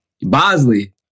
Bosley